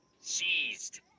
seized